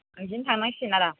बेजोंनो थांनांसिगोन आरो